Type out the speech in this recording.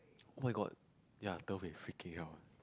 oh-my-god ya third wave freaking out one